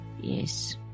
Yes